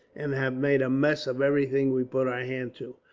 and have made a mess of everything we put our hand to.